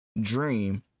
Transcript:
dream